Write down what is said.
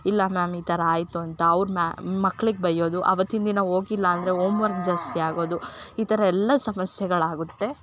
ಇಲ್ಲ ಮ್ಯಾಮ್ ಈ ಥರ ಆಯಿತು ಅಂತ ಅವರು ಮ್ಯಾ ಮಕ್ಕಳಿಗ್ ಬೈಯೋದು ಅವತ್ತಿಂದಿನ ಹೋಗಿಲ್ಲಾ ಅಂದರೆ ಓಂ ವರ್ಕ್ ಜಾಸ್ತಿ ಆಗೋದು ಈ ಥರ ಎಲ್ಲ ಸಮಸ್ಯೆಗಳಾಗುತ್ತೆ